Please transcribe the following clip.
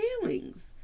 feelings